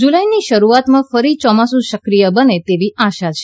જુલાઇની શરૂઆતમાં ફરી ચોમાસુ સક્રિય બને તેવી આશા છે